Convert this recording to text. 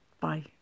Bye